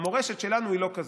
המורשת שלנו היא לא כזאת.